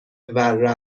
محور